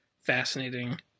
fascinating